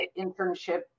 internship